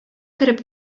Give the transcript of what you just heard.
кереп